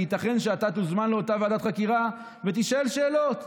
כי ייתכן שאתה תוזמן לאותה ועדת חקירה ותישאל שאלות.